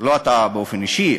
לא אתה באופן אישי,